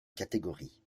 catégories